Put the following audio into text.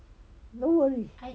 no worries